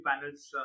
panels